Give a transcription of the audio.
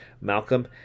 Malcolm